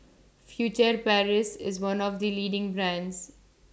Furtere Paris IS one of The leading brands